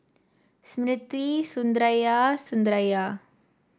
Smriti Sundaraiah Sundaraiah